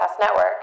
Network